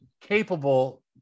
capable